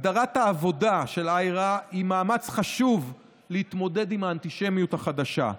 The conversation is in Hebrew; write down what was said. הגדרת העבודה של IHRA היא מאמץ חשוב להתמודד עם האנטישמיות החדשה,